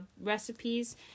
recipes